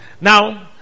Now